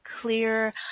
clear